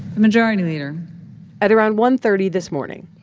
majority leader at around one thirty this morning,